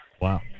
Wow